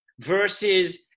versus